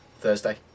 Thursday